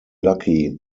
lucky